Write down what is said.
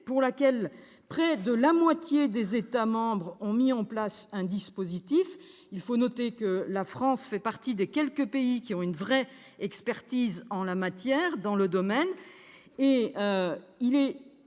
pour laquelle près de la moitié des États membres ont mis en place un dispositif. Il est à noter que la France fait partie des quelques pays ayant une vraie expertise en la matière. Ce projet